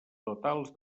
totals